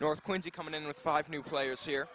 north quincy coming in with five new players here